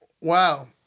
Wow